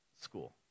school